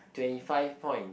twenty five point